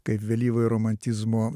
kaip vėlyvojo romantizmo